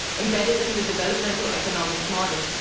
embedded in the developmental economics model.